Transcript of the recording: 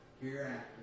Hereafter